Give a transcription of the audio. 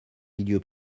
milieu